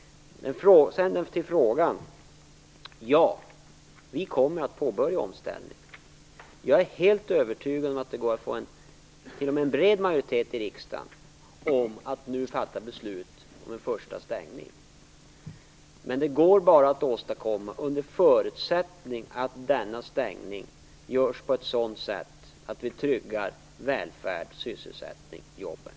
Så till Eva Goës fråga: Ja, vi kommer att påbörja omställningen. Jag är helt övertygad om att det t.o.m. går att få en bred majoritet i riksdagen att gå med på att nu fatta beslut om en första stängning. Men detta går att åstadkomma bara under förutsättning att denna stängning görs på ett sådant sätt att vi tryggar välfärd och sysselsättning - jobben.